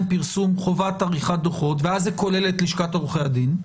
פרסום חובת עריכת דוחות ואז זה כולל את לשכת עורכי הדין,